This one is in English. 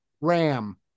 ram